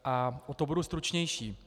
O to budu stručnější.